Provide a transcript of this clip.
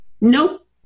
Nope